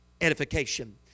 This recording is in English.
edification